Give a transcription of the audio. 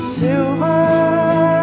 Silver